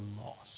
lost